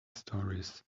stories